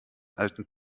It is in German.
alten